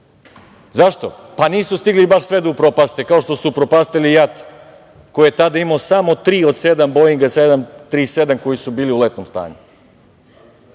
Zašto? Nisu stigli baš sve da upropaste, kao što su upropastili JAT koji je tada imao samo tri od sedam Boinga 737 koji su bili u letnom stanju. To